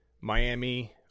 Miami